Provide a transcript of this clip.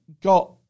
got